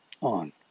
on